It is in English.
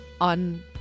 on